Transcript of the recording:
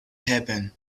happen